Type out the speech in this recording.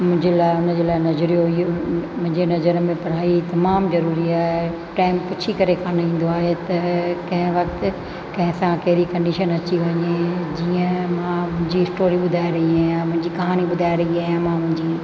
मुंहिंजे लाइ उनजे लाइ नज़रियो इहो आहे मुंहिंजे नज़र में पढ़ाई तमामु जरूरी आहे टाइम पुछी करे करण ईंदो आहे या तहिं कहिं वक्तु कहिंसां कहिड़ी कंडीशन अची वञे जीअं मां मुंहिंजी स्टोरी ॿुधाए रही आहियां जेका हाणे ॿुधाए रही आहियां मां मुंहिंजी